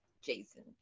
Jason